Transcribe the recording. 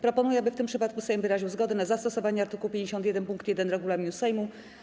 Proponuję, aby w tym przypadku Sejm wyraził zgodę na zastosowanie art. 51 pkt 1 regulaminu Sejmu.